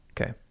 okay